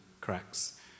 cracks